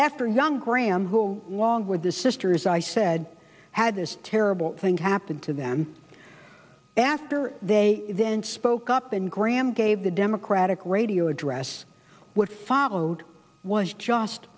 after young graham who long with the sisters i said had this terrible thing happen to them after they then spoke up and gramm gave the democratic radio address what followed was just